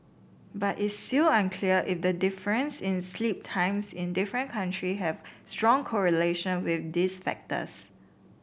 but it's still unclear if the difference in sleep times in different country have strong correlation with these factors